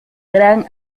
gran